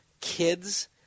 kids